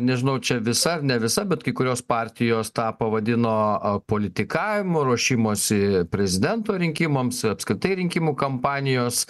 nežinau čia visa ar ne visa bet kai kurios partijos tą pavadino a politikavimu ruošimosi prezidento rinkimams ir apskritai rinkimų kampanijos